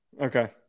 Okay